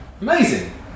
amazing